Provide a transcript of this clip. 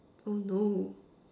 oh no